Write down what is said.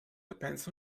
depends